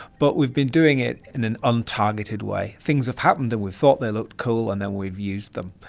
but we've been doing it in an untargeted way. things have happened and we've thought they looked cool and then we've used them.